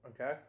Okay